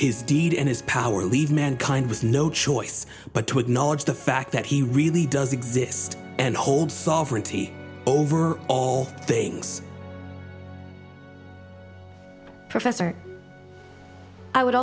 is deed in his power to leave mankind with no choice but to acknowledge the fact that he really does exist and holds sovereignty over all things professor i would